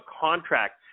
contract